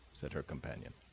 said her companion,